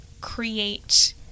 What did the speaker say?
create